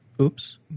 Oops